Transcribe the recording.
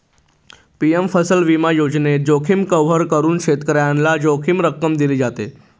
PM फसल विमा योजनेत, जोखीम कव्हर करून शेतकऱ्याला जोखीम रक्कम दिली जाते